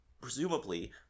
presumably